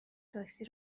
تاکسی